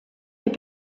est